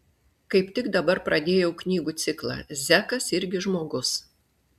kaip tik dabar pradėjau knygų ciklą zekas irgi žmogus